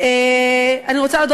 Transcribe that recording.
שהם באו אלינו עם הרעיון ועם היוזמה.